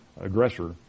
aggressor